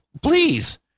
please